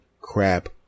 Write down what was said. crap